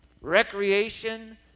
recreation